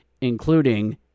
including